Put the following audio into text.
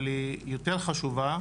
אבל היא יותר חשובה,